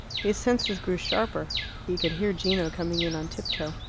his senses grew sharper. he could hear gino coming in on tiptoe.